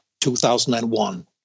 2001